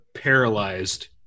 paralyzed